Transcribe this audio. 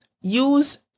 Use